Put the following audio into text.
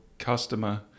Customer